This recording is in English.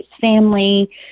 family